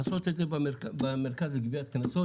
לעשות את זה במרכז לגביית קנסות.